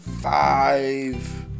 five